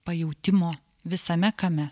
pajautimo visame kame